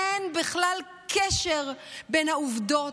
אין בכלל קשר בין העובדות,